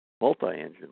multi-engine